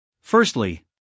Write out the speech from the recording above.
Firstly